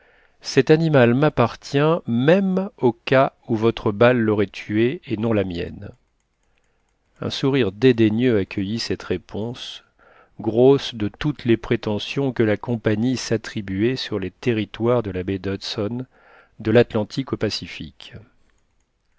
cet animal m'appartient même au cas où votre balle l'aurait tué et non la mienne un sourire dédaigneux accueillit cette réponse grosse de toutes les prétentions que la compagnie s'attribuait sur les territoires de la baie d'hudson de l'atlantique au pacifique